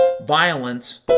Violence